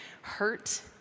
hurt